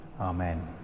Amen